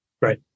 right